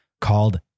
called